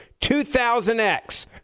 2000X